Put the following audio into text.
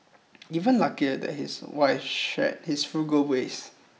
even luckier that his wife shared his frugal ways